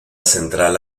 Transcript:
central